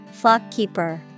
Flockkeeper